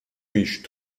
riche